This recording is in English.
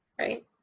right